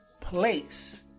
place